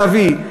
להביא,